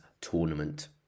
Tournament